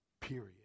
Period